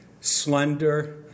slender